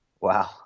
Wow